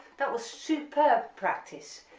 that was superb practice,